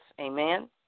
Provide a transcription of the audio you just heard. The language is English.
Amen